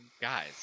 guys